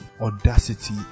audacity